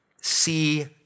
see